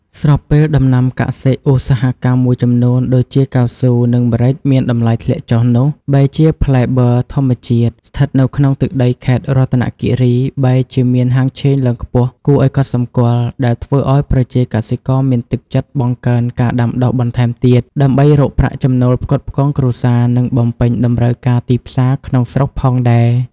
ស្របពេលដំណាំកសិឧស្សាហកម្មមួយចំនួន ដូចជាកៅស៊ូ និងម្រេចមានតម្លៃធ្លាក់ចុះនោះ បែរជាផ្លែប័រធម្មជាតិ ស្ថិតនៅក្នុងទឹកដីខេត្តរតនគិរី បែរជាមានហាងឆេងឡើងខ្ពស់គួរឱ្យកត់សម្គាល់ ដែលធ្វើឱ្យប្រជាកសិករមានទឹកចិត្តបង្កើនការដាំដុះបន្ថែមទៀត ដើម្បីរកប្រាក់ចំណូលផ្គត់ផ្គង់គ្រួសារ និងបំពេញតម្រូវការទីផ្សារក្នុងស្រុកផងដែរ។